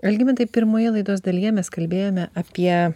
algimantai pirmoje laidos dalyje mes kalbėjome apie